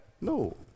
No